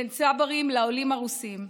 בין צברים לעולים הרוסים,